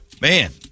Man